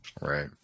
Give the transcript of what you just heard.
Right